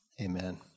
Amen